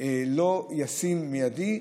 לא ישים מיידית.